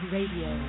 Radio